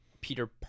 Peter